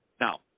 Now